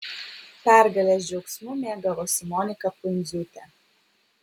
pergalės džiaugsmu mėgavosi monika pundziūtė